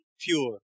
pure